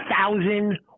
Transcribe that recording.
thousand